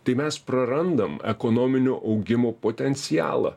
tai mes prarandam ekonominio augimo potencialą